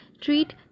treat